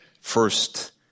first